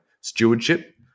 stewardship